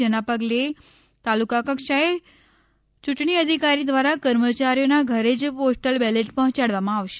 જેના પગલે તાલુકા કક્ષાએ યૂંટણી અધિકારી દ્વારા કર્મચારીઓના ઘરે જ પોસ્ટલ બેલેટ પહોંચાડવામાં આવશે